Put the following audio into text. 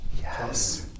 Yes